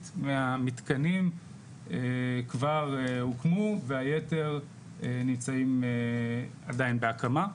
מהמתקנים כבר הוקמו והיתר נמצאים עדיין בהקמה.